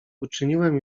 uczyniłem